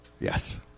Yes